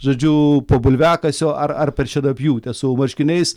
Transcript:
žodžiu po bulviakasio ar ar per šienapjūtę su marškiniais